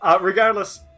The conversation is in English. Regardless